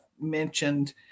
mentioned